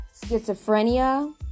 schizophrenia